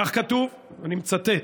כך כתוב, ואני מצטט: